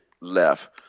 left